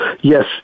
Yes